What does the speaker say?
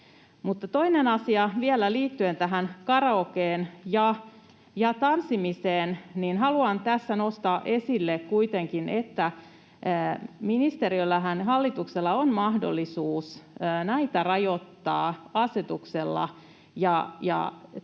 Toinen asia vielä liittyen karaokeen ja tanssimiseen: Haluan tässä nostaa esille kuitenkin, että ministeriöllähän ja hallituksella on mahdollisuus näitä rajoittaa asetuksella.